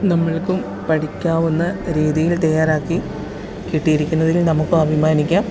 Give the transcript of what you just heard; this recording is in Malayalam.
നമുക്കും പഠിക്കാവുന്ന രീതിയില് തയ്യാറാക്കി കിട്ടിയിരിക്കുന്നതില് നമുക്കും അഭിമാനിക്കാം